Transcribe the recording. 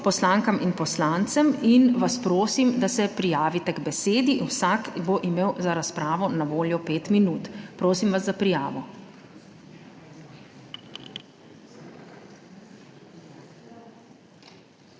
poslankam in poslancem in vas prosim, da se prijavite k besedi. Vsak bo imel za razpravo na voljo 5 minut. Prosim vas za prijavo.